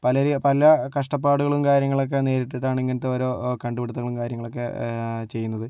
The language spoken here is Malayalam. പലര് പല കഷ്ടപ്പാടുകളും കാര്യങ്ങളൊക്കെ നേരിട്ടിട്ടാണ് ഇങ്ങനത്തെ ഓരോ കണ്ടുപിടുത്തങ്ങളും കാര്യങ്ങളൊക്കെ ചെയ്യുന്നത്